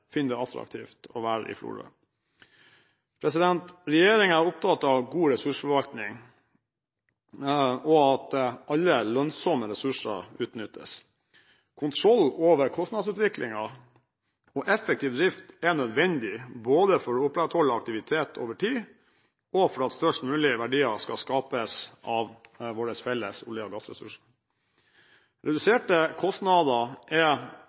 det attraktivt å være i Florø. Regjeringen er opptatt av god ressursforvaltning og at alle lønnsomme ressurser utnyttes. Kontroll over kostnadsutviklingen og effektiv drift er nødvendig både for å opprettholde aktivitet over tid, og for at største mulig verdier skal skapes av våre felles olje- og gassressurser. Reduserte kostnader er